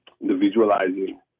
individualizing